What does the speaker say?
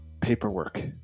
paperwork